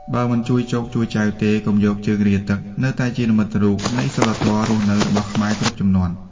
«បើមិនជួយចូកជួយចែវទេ កុំយកជើងរាទឹក» នៅតែជានិមិត្តរូបនៃសីលធម៌រស់នៅរបស់ខ្មែរគ្រប់ជំនាន់។